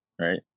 right